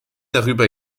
darüber